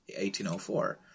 1804